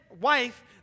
wife